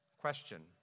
question